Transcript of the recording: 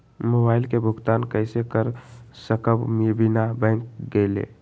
Mobile के भुगतान कईसे कर सकब बिना बैंक गईले?